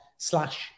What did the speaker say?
Slash